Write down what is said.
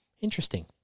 interesting